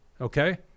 Okay